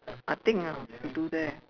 I think ah have to do that